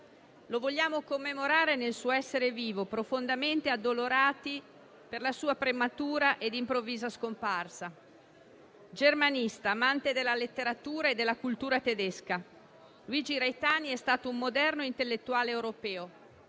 lo vogliamo commemorare nel suo essere vivo, profondamente addolorati per la sua prematura ed improvvisa scomparsa. Germanista, amante della letteratura e della cultura tedesca, Luigi Reitani è stato un moderno intellettuale europeo.